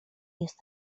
jest